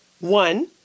One